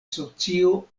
socio